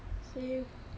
same